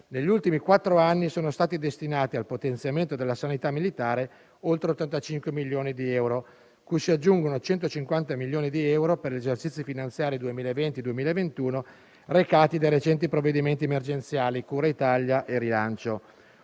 negli ultimi quattro anni sono stati destinati al potenziamento della sanità militare oltre 85 milioni di euro, cui si aggiungono 150 milioni di euro per gli esercizi finanziari 2020-2021 recati dai recenti provvedimenti emergenziali cura Italia e rilancio: